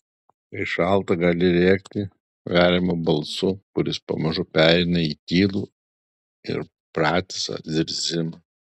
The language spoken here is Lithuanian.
kai šalta gali rėkti veriamu balsu kuris pamažu pereina į tylų ir pratisą zirzimą